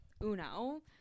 UNO